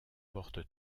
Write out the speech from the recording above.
porte